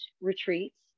retreats